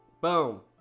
Boom